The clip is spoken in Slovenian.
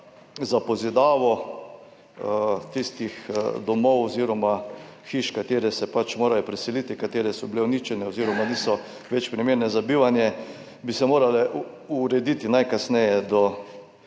za pozidavo tistih domov oziroma hiš, iz katerih se pač morajo preseliti, katere so bile uničene oziroma niso več primerne za bivanje, bi se morale urediti najkasneje do